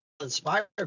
inspire